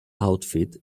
outfit